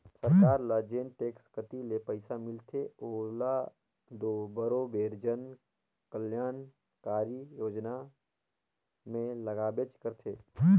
सरकार ल जेन टेक्स कती ले पइसा मिलथे ओला दो बरोबेर जन कलयानकारी योजना में लगाबेच करथे